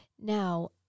Now